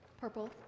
Purple